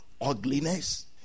ugliness